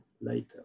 later